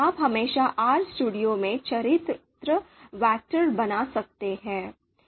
आप हमेशा RStudio में चरित्र वैक्टर बना सकते हैं